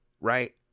Right